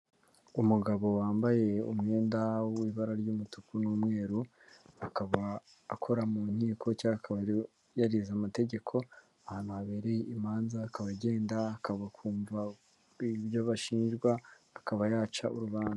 Umugabo wambaye umwenda w'ibara ry'umutuku n'umweru, akaba akora mu nkiko cyangwa akabari yarize amategeko, ahantu habereye imanza akaba agenda akumva ibyo bashinjwa akaba yaca urubanza.